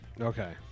Okay